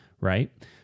Right